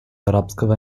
арабского